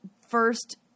first